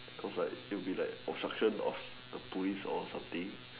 cause like it would be like obstruction of police or something